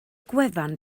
gwefan